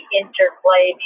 interplay